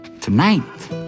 Tonight